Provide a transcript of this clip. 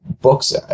books